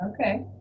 Okay